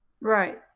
Right